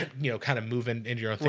you know kind of moving into your own,